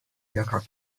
jaka